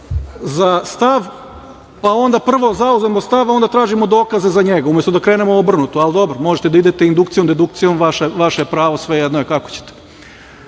za stav, pa onda prvo zauzmemo stav, a onda tražimo dokaze za njega, umesto da krenemo obrnuto, ali dobro, možete da idete indukcijom, dedukcijom, vaše je pravo, sve jedno je kako ćete. Što